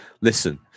listen